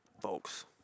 folks